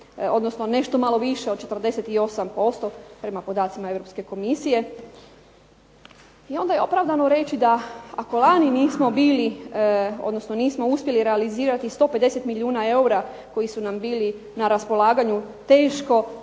odnosno nešto malo više od 48% prema podacima Europske komisije. I onda je opravdano reći da ako lani nismo bili, odnosno nismo uspjeli realizirati 150 milijuna eura koji su nam bili na raspolaganju teško